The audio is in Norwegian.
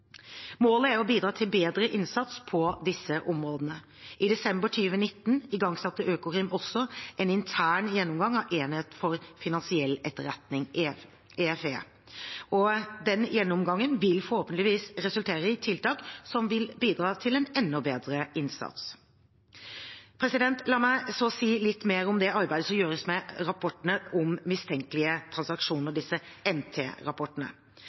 Målet er å bidra til bedre innsats på disse områdene. I desember 2019 igangsatte Økokrim en intern gjennomgang av enheten for finansiell etterretning, EFE. Gjennomgangen vil forhåpentligvis resultere i tiltak som vil bidra til en enda bedre innsats. La meg så si litt mer om det arbeidet som gjøres med rapportene om mistenkelige transaksjoner,